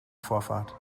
vorfahrt